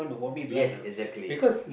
yes exactly